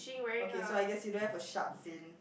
okay so I guess you don't have a shark fin